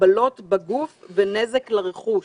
לחבלות בגוף ונזק לרכוש".